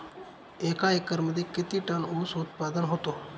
एका एकरमध्ये किती टन ऊस उत्पादन होतो?